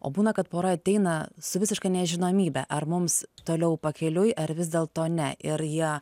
o būna kad pora ateina su visiška nežinomybe ar mums toliau pakeliui ar vis dėlto ne ir jie